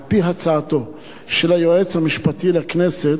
על-פי הצעתו של היועץ המשפטי לכנסת,